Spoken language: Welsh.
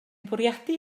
bwriadu